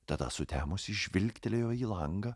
tada sutemus ji žvilgtelėjo į langą